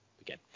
again